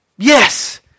Yes